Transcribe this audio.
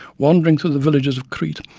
wandering through the villages of crete,